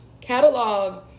Catalog